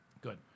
Good